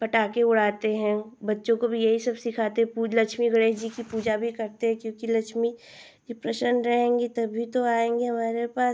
पटाखे उड़ाते हैं बच्चों को भी यही सब सिखाते लक्ष्मी गणेश जी की पूजा भी करते हैं क्योंकि लक्ष्मी जी प्रसन्न रहेंगी तभी तो आएँगी हमारे पास